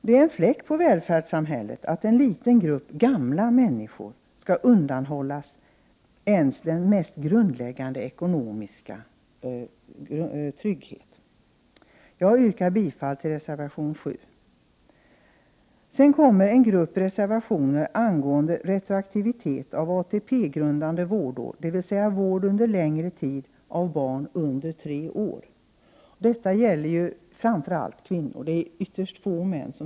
Det är en fläck på välfärdssamhället att en liten grupp gamla människor skall undanhållas t.o.m. den mest grundläggande ekonomiska trygghet. Jag yrkar bifall till reservation 7. Sedan kommer en grupp reservationer angående retroaktivitet av ATP grundande vårdår, dvs. vård under längre tid av barn under tre år. Detta gäller framför allt kvinnor. Det berör ytterst få män.